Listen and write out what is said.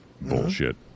bullshit